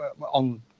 on